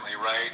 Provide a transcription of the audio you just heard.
right